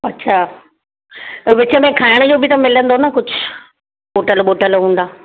अच्छा त विच में खाइण जो बि त मिलंदो न कुझु होटल बोटल हूंदा